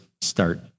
start